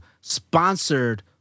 sponsored